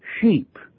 sheep